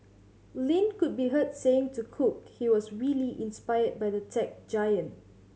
Lin could be heard saying to cook he was really inspired by the tech giant